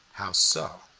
how so?